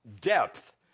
depth